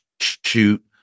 shoot